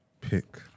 pick